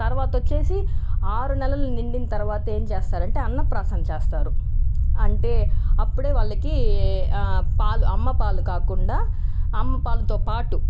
తర్వాత వచ్చేసి ఆరు నెలలు నిండిన తర్వాత ఏం చేస్తారు అంటే అన్నప్రాసన చేస్తారు అంటే అప్పుడే వాళ్ళకి పాలు అమ్మ పాలు కాకుండా అమ్మ పాలుతో పాటు